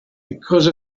because